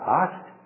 asked